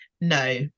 no